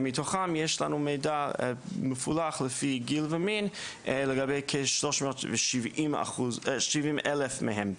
מתוכם יש לנו מידע מפולח לפי גיל ומין לגבי כ-370,000 מהם.